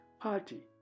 party